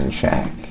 check